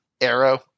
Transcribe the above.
Arrow